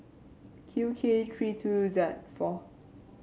Q K three two Z four